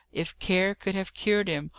if care could have cured him,